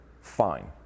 fine